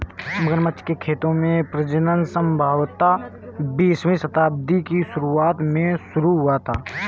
मगरमच्छ के खेतों में प्रजनन संभवतः बीसवीं शताब्दी की शुरुआत में शुरू हुआ था